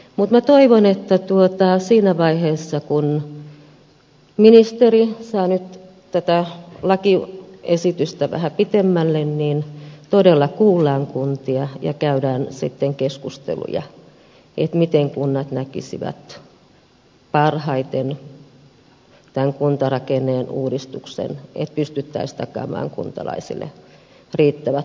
mutta minä toivon että siinä vaiheessa kun ministeri saa nyt tätä lakiesitystä vähän pitemmälle niin todella kuullaan kuntia ja käydään sitten keskusteluja siitä miten kunnat näkisivät parhaiten tämän kuntarakenneuudistuksen että pystyttäisiin takaamaan kuntalaisille riittävät palvelut